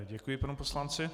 Děkuji panu poslanci.